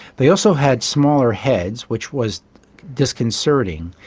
they also had smaller heads, which was disconcerting.